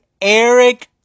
Eric